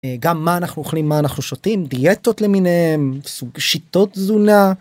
גם מה אנחנו אוכלים מה אנחנו שותים דיאטות למיניהם סוג שיטות תזונה.